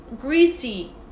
Greasy